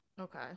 okay